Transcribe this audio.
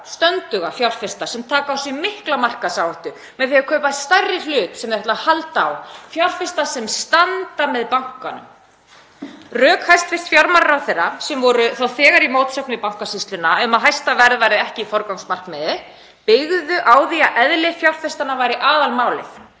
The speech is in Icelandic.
stönduga fjárfesta sem taka á sig mikla markaðsáhættu með því að kaupa stærri hlut sem þeir ætla að halda á, fjárfesta sem standa með bankanum. Rök hæstv. fjármálaráðherra, sem voru þá þegar í mótsögn við Bankasýsluna um að hæsta verð væri ekki forgangsmarkmiðið, byggðu á því að eðli fjárfestanna væri aðalmálið.